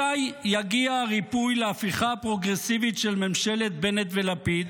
מתי יגיע הריפוי להפיכה הפרוגרסיבית של ממשלת בנט ולפיד?